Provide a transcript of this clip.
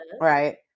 Right